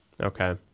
Okay